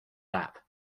lap